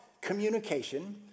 communication